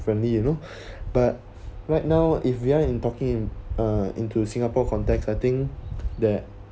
friendly you know but right now if we are in talking uh into singapore context I think there